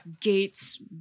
gates